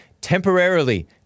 temporarily